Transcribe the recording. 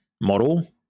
model